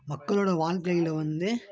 மக்களோடய வாழ்க்கையில வந்து